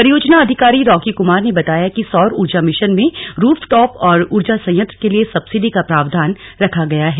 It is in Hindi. परियोजना अधिकारी रॉकी कुमार ने बताया कि सौर ऊर्जा मिशन में रुफटॉप सौर ऊर्जा संयंत्र के लिए सब्सिडी का प्रावधान रखा गया है